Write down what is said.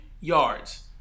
yards